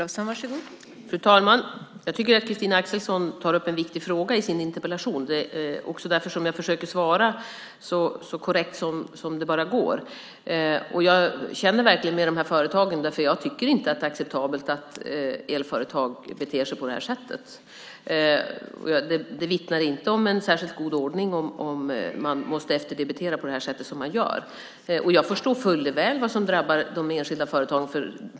Fru talman! Jag tycker att Christina Axelsson tar upp en viktig fråga i sin interpellation. Det är också därför som jag försöker svara så korrekt som det bara går. Jag känner verkligen med dessa företag eftersom jag inte tycker att det är acceptabelt att elföretag beter sig på detta sätt. Det vittnar inte om en särskilt god ordning om man måste efterdebitera på det sätt som man gör. Jag förstår fuller väl vad som drabbar de enskilda företagen.